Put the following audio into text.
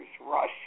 rush